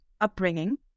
upbringing